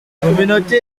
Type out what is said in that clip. minota